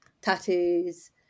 tattoos